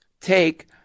take